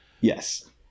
Yes